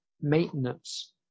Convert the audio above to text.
maintenance